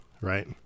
right